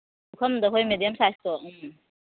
ꯄꯨꯈꯝꯗ ꯑꯩꯈꯣꯏ ꯃꯦꯗꯤꯌꯝ ꯁꯥꯏꯁꯇꯣ ꯎꯝ